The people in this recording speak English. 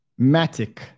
Matic